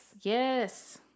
yes